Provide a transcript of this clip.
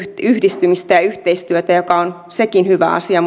yhdistymistä ja yhteistyötä joka on sekin hyvä asia